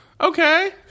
Okay